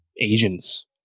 asians